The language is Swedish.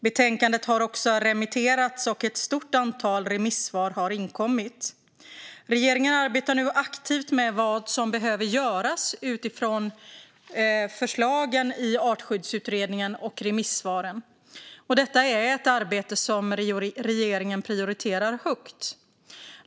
Betänkandet har också remitterats, och ett stort antal remissvar har inkommit. Regeringen arbetar nu aktivt med vad som behöver göras utifrån förslagen i Artskyddsutredningen och remissvaren. Detta är ett arbete som regeringen prioriterar högt.